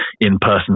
in-person